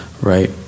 right